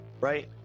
right